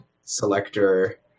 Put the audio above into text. selector